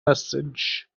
passage